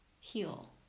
heal